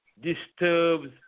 disturbs